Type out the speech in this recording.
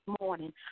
morning